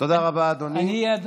תודה רבה, אדוני.